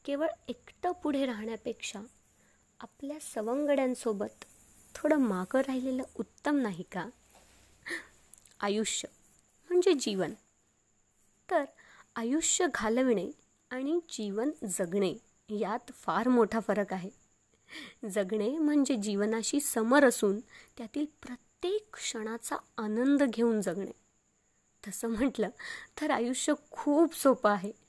केवळ एकटं पुढे राहण्यापेक्षा आपल्या सवंगड्यांसोबत थोडं मागं राहिलेलं उत्तम नाही का? आयुष्य म्हणजे जीवन. तर आयुष्य घालविणे आणि जीवन जगणे यात फार मोठा फरक आहे. जगणे म्हणजे जीवनाशी समर असून त्यातील प्रत्येक क्षणाचा आनंद घेऊन जगणे. तसं म्हटलं तर आयुष्य खूप सोपं आहे.